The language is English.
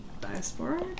diaspora